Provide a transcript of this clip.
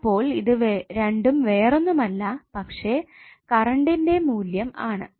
അപ്പോൾ ഇത് രണ്ടും വേറൊന്നുമല്ല പക്ഷെ കറണ്ടിന്റെ മൂല്യം ആണ്